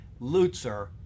Lutzer